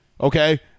okay